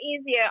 easier